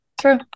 True